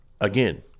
again